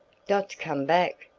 dot's come back!